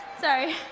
Sorry